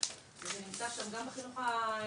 זה נמצא שם גם בחינוך הפורמלי.